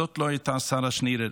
זאת לא הייתה שרה שנירר.